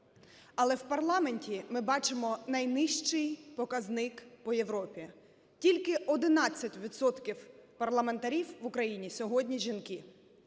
але в парламенті ми бачимо найнижчий показник по Європі: тільки 11 відсотків парламентарів в Україні сьогодні жінки.